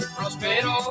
Prospero